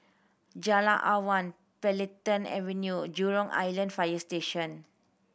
Jalan Awan Planta Avenue Jurong Island Fire Station